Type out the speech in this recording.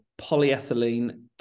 polyethylene